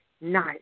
nice